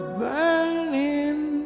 burning